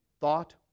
thought